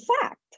fact